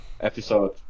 episode